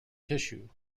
tissue